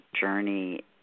journey